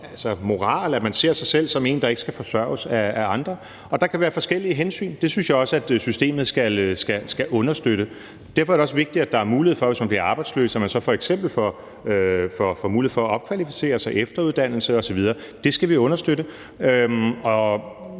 om moral, at man ser sig selv som en, der ikke skal forsørges af andre. Der kan være forskellige hensyn, og det synes jeg også at systemet skal understøtte. Derfor er det også vigtigt, at der f.eks. er mulighed for, hvis man bliver arbejdsløs, at opkvalificere sig, tage efteruddannelse osv. Det skal vi understøtte.